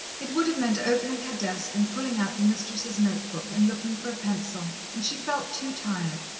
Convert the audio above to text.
it would have meant opening her desk, and pulling out the mistress's note-book, and looking for a pencil, and she felt too tired.